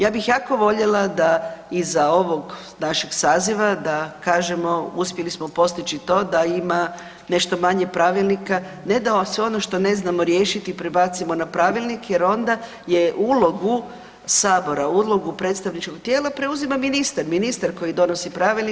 Ja bih jako voljela da iza ovog našeg saziva da kažemo uspjeli smo postići to da ima nešto manje pravilnika, ne da sve ono što ne znamo riješiti prebacimo na pravilnik jer onda je ulogu sabora, ulogu predstavničkog tijela preuzima ministar, ministar koji donosi pravilnik.